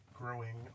growing